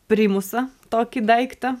primusą tokį daiktą